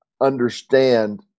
understand